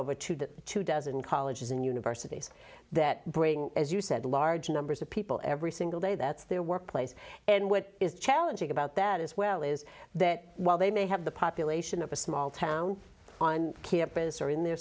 over to the two thousand colleges and universities that bring as you said large numbers of people every single day that's their workplace and what is challenging about that as well is that while they may have the population of a small town on campus or in their